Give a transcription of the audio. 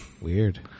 Weird